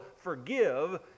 forgive